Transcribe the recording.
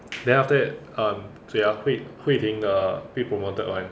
then after that um 谁 uh hui~ hui ting the 被 promoted [one]